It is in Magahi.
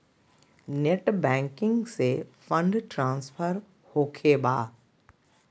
नेट बैंकिंग से फंड ट्रांसफर होखें बा?